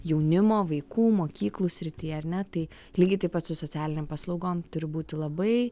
jaunimo vaikų mokyklų srityje ar ne tai lygiai taip pat su socialinėm paslaugom turi būti labai